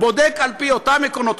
בודק על-פי אותם עקרונות,